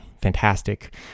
fantastic